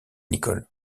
nicholl